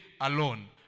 alone